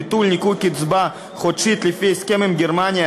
ביטול ניכוי קצבה חודשית לפי הסכם עם גרמניה)